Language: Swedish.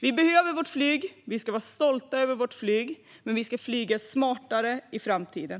Vi behöver vårt flyg, och vi ska vara stolta över vårt flyg. Men vi ska flyga smartare i framtiden.